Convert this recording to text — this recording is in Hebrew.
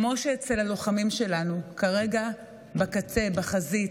כמו שאצל הלוחמים שלנו כרגע בקצה, בחזית,